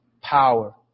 power